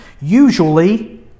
usually